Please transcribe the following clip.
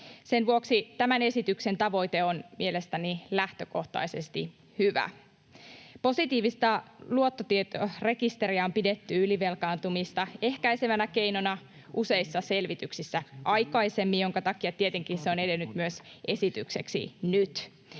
Sen vuoksi tämän esityksen tavoite on mielestäni lähtökohtaisesti hyvä. Positiivista luottotietorekisteriä on pidetty ylivelkaantumista ehkäisevänä keinona useissa selvityksissä aikaisemmin, minkä takia tietenkin se on nyt edennyt myös esitykseksi.